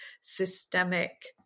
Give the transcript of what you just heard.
systemic